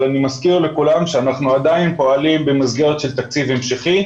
אבל אני מזכיר לכולם שאנחנו עדיין פועלים במסגרת של תקציב המשכי,